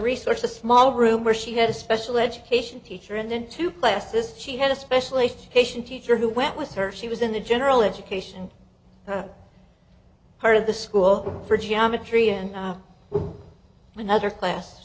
resource a small room where she had a special education teacher and then to class this she had especially haitian teacher who went with her she was in the general education part of the school for geometry and another class